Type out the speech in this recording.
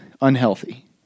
unhealthy